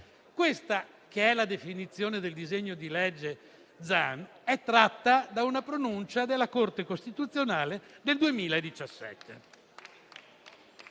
Questa, che è la definizione del disegno di legge Zan, è tratta da una pronuncia della Corte costituzionale del 2017